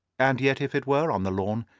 and yet if it were on the lawn,